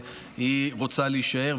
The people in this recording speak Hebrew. והיא רוצה להישאר,